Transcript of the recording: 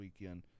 weekend